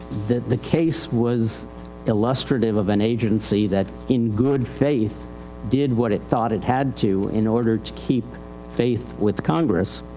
that the case was illustrative of an agency that in good faith did what it thought it had to in order to keep faith with the congress.